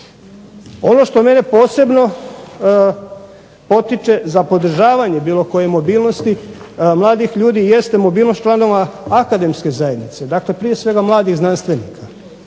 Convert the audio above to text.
Ono što mene posebno potiče za podržavanje bilo koje mobilnosti mladih ljudi jeste mobilnost članova akademske zajednice, dakle prije svega mladih znanstvenika.